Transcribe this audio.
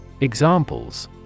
Examples